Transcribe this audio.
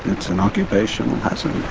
it's an occupational hazard.